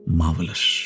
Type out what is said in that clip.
marvelous